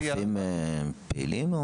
רופאים פעילים?